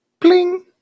Bling